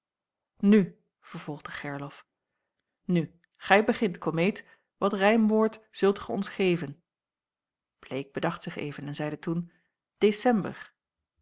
nu vervolgde gerlof nu gij begint komeet wat rijmwoord zult ge ons geven bleek bedacht zich even en zeide toen december